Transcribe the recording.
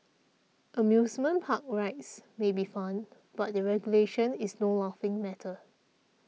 amusement park rides may be fun but their regulation is no laughing matter